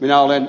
minä olen